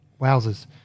wowzers